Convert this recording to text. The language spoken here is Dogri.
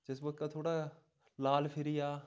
जिस मौके ओह् थोह्ड़ा जेहा लाल फिरी जा